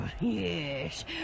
yes